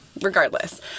regardless